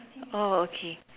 oh okay